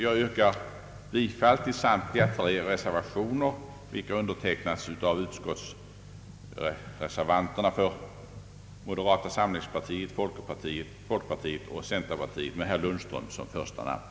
Jag yrkar bifall till samtliga tre reservationer, vilka undertecknats av representanterna för mode